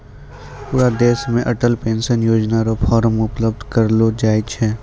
पूरा देश मे अटल पेंशन योजना र फॉर्म उपलब्ध करयलो जाय छै